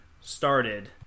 started